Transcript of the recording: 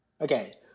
Okay